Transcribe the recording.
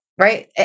right